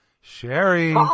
Sherry